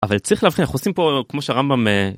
אבל צריך להבחין אנחנו עושים פה כמו שרמב״ם.